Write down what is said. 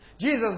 Jesus